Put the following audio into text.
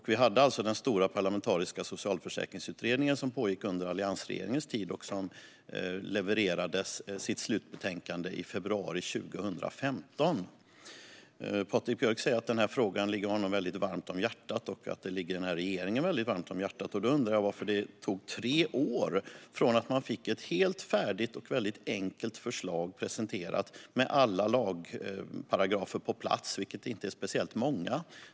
Vi hade alltså den stora parlamentariska socialförsäkringsutredningen, som pågick under alliansregeringen tid och som levererade sitt slutbetänkande i februari 2015. Patrik Björck säger att frågan ligger honom och regeringen varmt om hjärtat, och därför undrar jag varför det har gått tre år sedan man fick ett helt färdigt och väldigt enkelt förslag presenterat. Det hade alla lagparagrafer på plats, vilket inte är speciellt många.